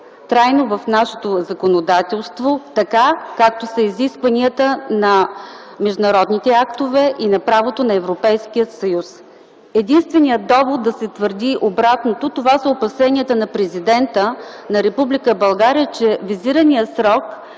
трайно в нашето законодателство така, както са изискванията на международните актове и на правото на Европейския съюз. Единственият довод да се твърди обратното, това са опасенията на Президента на Република България, че визираният срок